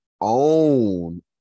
own